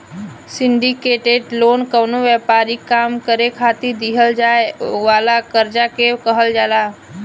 syndicated loan कवनो व्यापारिक काम करे खातिर दीहल जाए वाला कर्जा के कहल जाला